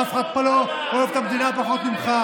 אף אחד פה לא אוהב את המדינה פחות ממך.